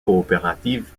coopérative